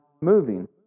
moving